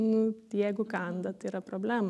nu jeigu kanda tai yra problema